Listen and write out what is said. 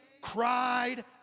cried